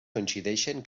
coincideixen